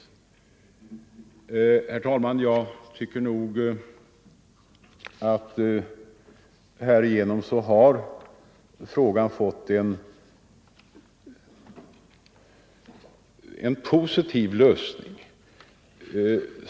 Herr talman! Jag tycker nog att frågan härigenom har fått en positiv lösning.